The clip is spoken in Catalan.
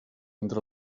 entre